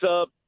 up